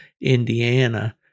Indiana